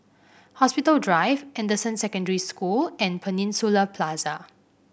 Hospital Drive Anderson Secondary School and Peninsula Plaza